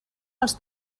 els